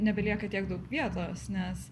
nebelieka tiek daug vietos nes